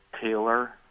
Taylor